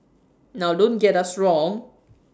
now don't get us wrong